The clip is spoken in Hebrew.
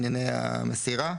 ענייני המסירה.